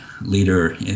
leader